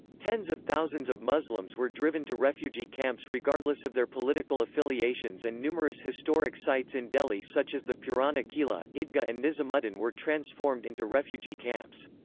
tens of thousands of muslims were driven to refugee camps regardless of their political affiliations and numerous historic sites in delhi such as the purana qila, idgah and nizamuddin were transformed into refugee camps.